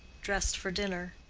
dressed for dinner.